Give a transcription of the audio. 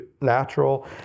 natural